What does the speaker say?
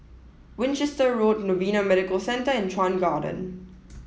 Winchester Road Novena Medical Centre and Chuan Garden